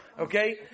Okay